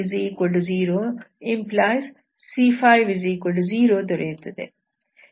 4c5c20 ⇒ c50 ದೊರೆಯುತ್ತದೆ